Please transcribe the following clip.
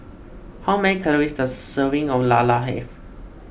how many calories does a serving of Lala have